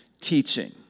teaching